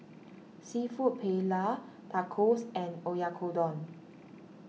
Seafood Paella Tacos and Oyakodon